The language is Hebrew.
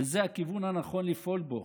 וזה הכיוון הנכון לפעול בו.